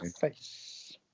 face